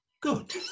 good